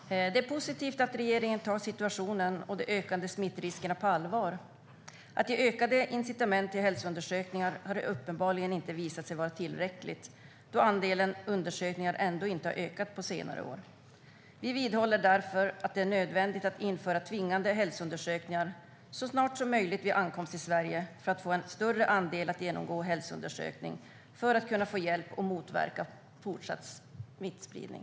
Fru talman! Det är positivt att regeringen tar situationen och de ökande smittriskerna på allvar. Att ge ökade incitament till hälsoundersökningar har uppenbarligen inte visat sig vara tillräckligt, då andelen undersökningar ändå inte har ökat på senare år. Vi vidhåller därför att det är nödvändigt att införa tvingande hälsoundersökningar så snart som möjligt vid ankomst till Sverige för att man ska få en större andel att genomgå hälsoundersökning och få hjälp att motverka fortsatt smittspridning.